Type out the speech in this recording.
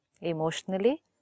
Emotionally